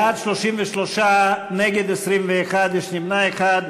בעד, 33, נגד, 21, יש נמנע אחד.